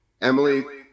Emily